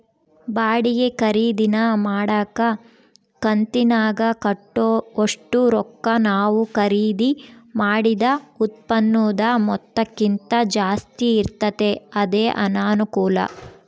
ಬಾಡಿಗೆ ಖರೀದಿನ ಮಾಡಕ ಕಂತಿನಾಗ ಕಟ್ಟೋ ಒಷ್ಟು ರೊಕ್ಕ ನಾವು ಖರೀದಿ ಮಾಡಿದ ಉತ್ಪನ್ನುದ ಮೊತ್ತಕ್ಕಿಂತ ಜಾಸ್ತಿ ಇರ್ತತೆ ಅದೇ ಅನಾನುಕೂಲ